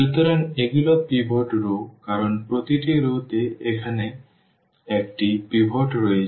সুতরাং এগুলো pivot row কারণ প্রতিটি রওতে এখন এখানে একটি পিভট রয়েছে